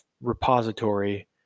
repository